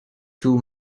two